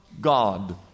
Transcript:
God